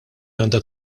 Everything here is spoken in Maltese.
għandha